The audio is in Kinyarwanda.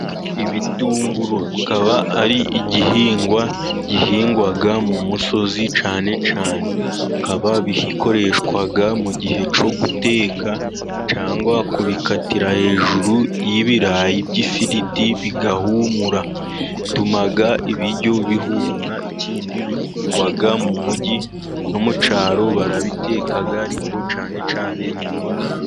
Ibitunguru bikaba ari igihingwa gihingwa mu musozi cyane cyane, bikaba bikoreshwa mu gihe cyo guteka, cyangwa kubikatira hejuru y'ibirayi by'ifiriti bigahumura, bituma ibiryo bihumura, ikindi bihingwa mu mujyi, no mu cyaro barabiteka ariko cyane cyane mu mujyi.